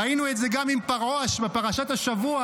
ראינו את זה גם עם פרעה בפרשת השבוע,